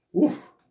oof